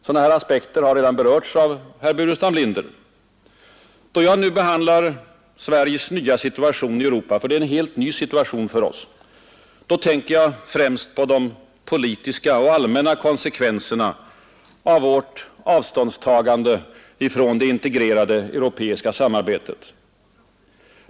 Sådana aspekter har redan berörts av herr Burenstam Linder. Då jag nu behandlar Sveriges nya situation i Europa — det är en för oss helt ny situation — tänker jag främst på de politiska och allmänna konsekvenserna av vårt avståndstagande från det integrerade europeiska samarbetet.